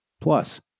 Plus